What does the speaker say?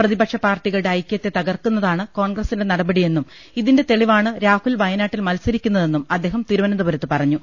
പ്രതിപക്ഷ പാർട്ടികളുടെ ഐക്യത്തെ തകർക്കുന്നതാണ് കോൺഗ്രസിന്റെ നടപടിയെന്നും ഇതിന്റെ തെളിവാണ് രാഹുൽ വയനാട്ടിൽ മത്സ രിക്കുന്നതെന്നും അദ്ദേഹം തിരുവനന്തപുരത്ത് പറഞ്ഞു